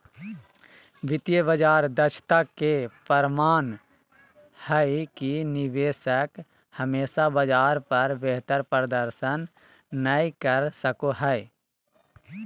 वित्तीय बाजार दक्षता के प्रमाण हय कि निवेशक हमेशा बाजार पर बेहतर प्रदर्शन नय कर सको हय